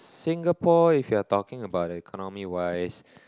Singapore if you are talking about the economy wise